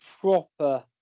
Proper